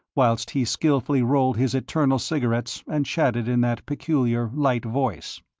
whilst he skilfully rolled his eternal cigarettes and chatted in that peculiar, light voice.